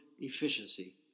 efficiency